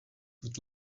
with